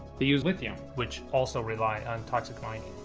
they use lithium, which also rely on toxic mining.